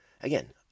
again